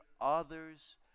others